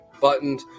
buttoned